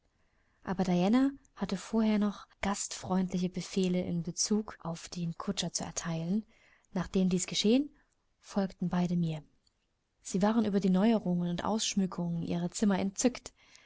aber diana hatte vorher noch gastfreie befehle in bezug auf den kutscher zu erteilen nachdem dies geschehen folgten beide mir sie waren über die neuerungen und ausschmückungen ihrer zimmer entzückt